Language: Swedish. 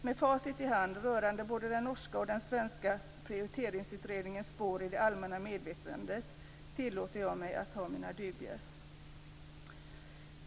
Med facit i hand rörande både den norska och den svenska prioriteringsutredningens spår i det allmänna medvetandet tillåter jag mig att ha mina dubier.